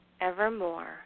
evermore